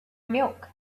milk